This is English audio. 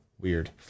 Weird